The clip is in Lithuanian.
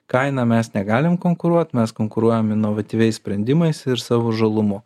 kaina mes negalim konkuruot mes konkuruojame inovatyviais sprendimais ir savo žalumu